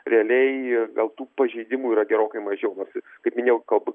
realiai gal tų pažeidimų yra gerokai mažiau nors ir kaip minėjau galbūt